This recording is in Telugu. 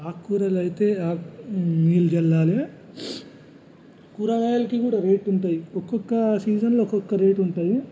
ఆకూరలు అయితే ఆకు నీళ్లు జల్లాలి కూరగాయలకి కూడ రేట్ ఉంటాయి ఒక్కొక్క సీజన్లో ఒక్కొక్క రేట్ ఉంటాయి